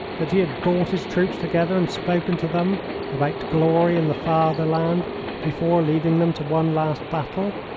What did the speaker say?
that he had brought his troops together and spoken to them about glory and the fatherland before leading them to one last battle.